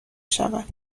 شود